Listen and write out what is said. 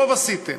טוב עשיתם.